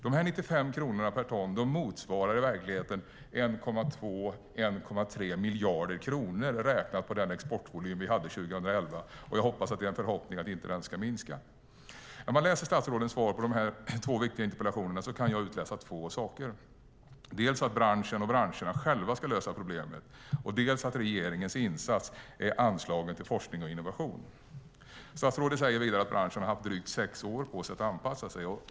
Dessa 95 kronor per ton motsvarar i verkligheten ca 1,3 miljarder kronor, räknat på den exportvolym vi hade 2011 - och jag hoppas att den inte ska minska. Av statsrådets svar på dessa två viktiga interpellationer kan jag utläsa två saker, dels att branscherna själva ska lösa problemet, dels att regeringens insats är anslagen till forskning och innovation. Statsrådet säger vidare att branschen har haft drygt sex år på sig att anpassa sig.